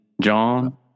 john